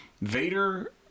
Vader